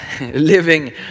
living